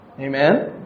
Amen